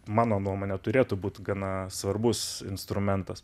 mano nuomone turėtų būt gana svarbus instrumentas